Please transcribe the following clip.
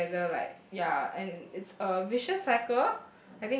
together like ya and it's a vicious cycle